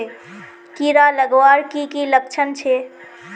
कीड़ा लगवार की की लक्षण छे?